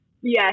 Yes